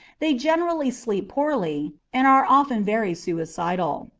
they generally sleep poorly, and are often very suicidal.